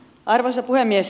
arvoisa puhemies